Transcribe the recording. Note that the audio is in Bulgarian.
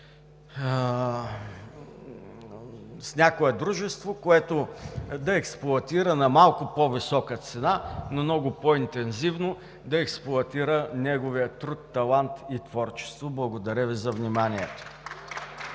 да кажа, дружество, което да експлоатира на малко по-висока цена, но много по-интензивно да експлоатира неговия труд, талант и творчество. Благодаря Ви за вниманието.